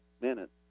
minutes